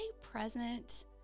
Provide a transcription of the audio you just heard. present